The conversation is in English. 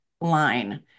line